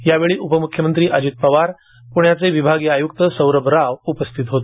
यावेळी उपमुख्यमंत्री अजित पवार पुण्याचे विभागीय आयुक्त सौरभ राव उपस्थित होते